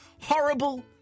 Horrible